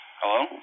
Hello